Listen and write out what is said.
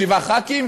שבעה חברי כנסת?